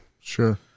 Sure